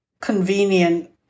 convenient